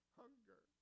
hunger